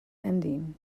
ending